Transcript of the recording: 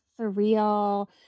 surreal